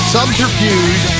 Subterfuge